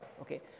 okay